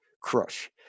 Crush